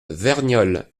verniolle